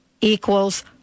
equals